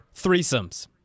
Threesomes